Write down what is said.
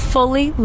Fully